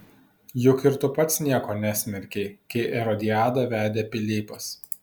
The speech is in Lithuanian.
juk ir tu pats nieko nesmerkei kai erodiadą vedė pilypas